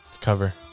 Cover